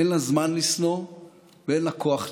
אין לה זמן לשנוא ואין לה כוח לשנוא.